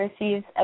receives